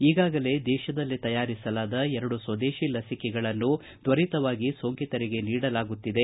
ಈಗಾಗಲೇ ದೇಶದಲ್ಲಿ ತಯಾರಿಸಲಾದ ಎರಡು ಸ್ವದೇಶಿ ಲಸಿಕೆಗಳನ್ನು ತ್ವರಿತವಾಗಿ ಸೋಂಕಿತರಿಗೆ ನೀಡಲಾಗುತ್ತಿದೆ